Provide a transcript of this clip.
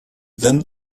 then